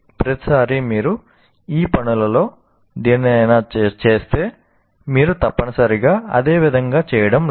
ప్రతిసారీ మీరు ఈ పనులలో దేనినైనా చేస్తే మీరు తప్పనిసరిగా అదే విధంగా చేయడం లేదు